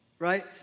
right